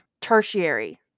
tertiary